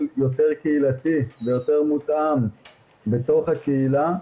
יותר קהילתי ויותר מותאם בתוך הקהילה,